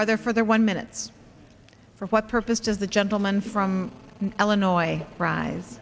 are there for their one minute for what purpose does the gentleman from illinois ri